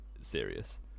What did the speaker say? serious